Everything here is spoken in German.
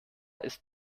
ist